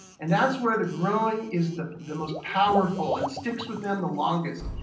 and that's where the growing is the the most powerful and sticks with them the longest.